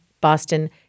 Boston